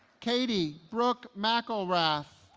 katey brooke mcelrath